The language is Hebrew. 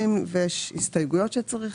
ויש הסתייגויות שצריך,